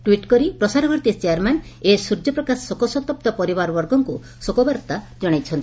tweet କରି Prasar Bharati chairman A Suryaprakash ଶୋକସନ୍ତପ୍ତ ପରିବାରବର୍ଗଙ୍କୁ ଶୋକବାର୍ତ୍ତା ଜଣାଇଛନ୍ତି